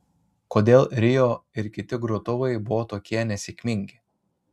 kodėl rio ir kiti grotuvai buvo tokie nesėkmingi